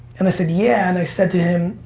and i said, yeah. and i said to him,